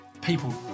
people